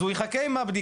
אז הוא יחכה עם הבדיקה,